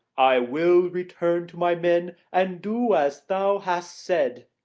i will return to my men and do as thou hast said.